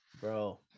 bro